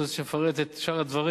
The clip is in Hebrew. אתה רוצה שאני אפרט את שאר הדברים.